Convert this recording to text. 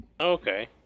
Okay